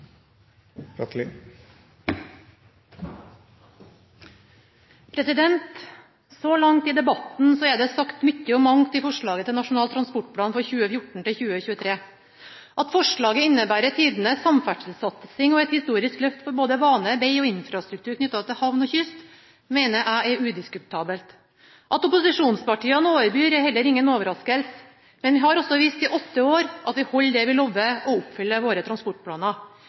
Sørlandet. Så langt i debatten er det sagt mye om mangt i forslaget til Nasjonal transportplan for 2014–2023. Det at forslaget innebærer tidenes samferdselssatsing og et historisk løft for både bane, veg og infrastruktur knyttet til havn og kyst, mener jeg er udiskutabelt. Det at opposisjonspartiene overbyr, er heller ingen overraskelse. Men vi har vist i åtte år at vi holder det vi lover, og oppfyller våre